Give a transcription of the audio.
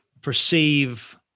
perceive